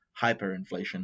hyperinflation